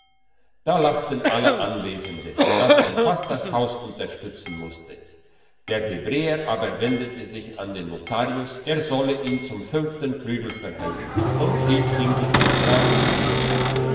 da lachten alle anwesende dass man fast das haus unterstützen musste der hebräer aber wendete sich an den notarius er solle ihm zum fünften prügel verhelfen und hielt ihm die verschreibung vor